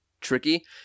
tricky